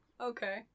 okay